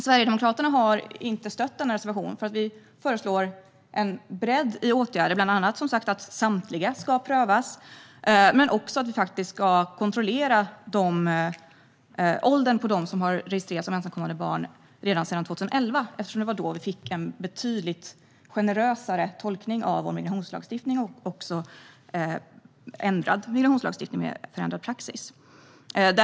Sverigedemokraterna stöder inte reservationen utan föreslår en bredd i åtgärder, bland annat som sagt att samtliga ska prövas men också att man ska kontrollera åldern på dem som har registrerats som ensamkommande barn redan sedan 2011, eftersom det var då vi fick en betydligt generösare tolkning av vår migrationslagstiftning med förändrad praxis.